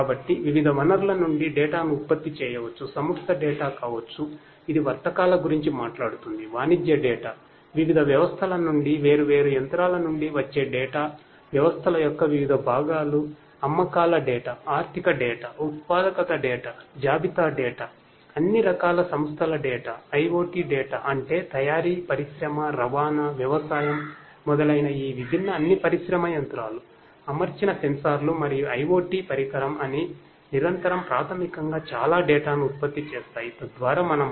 కాబట్టి వివిధ వనరుల నుండి డేటా లోపరిశ్రమలసందర్భం